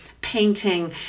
painting